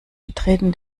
betreten